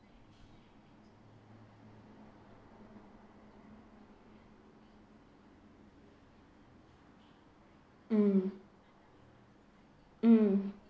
mm mm